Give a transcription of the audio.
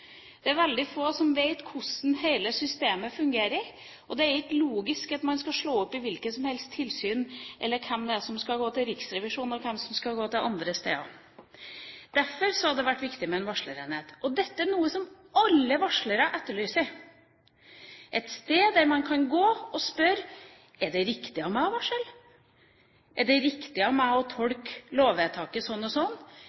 Det er veldig få som vet hvordan hele systemet fungerer. Det er ikke logisk at man skal slå opp i hvilket som helst tilsyn eller vite hvem som skal gå til Riksrevisjonen, og hvem som skal gå til andre. Derfor hadde det vært viktig med en varslerenhet. Dette er noe som alle varslere etterlyser: et sted der man kan gå og spørre: Er det riktig av meg å varsle? Er det riktig av meg å